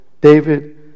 David